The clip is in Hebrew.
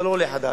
אתה לא עולה חדש,